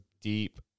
deep –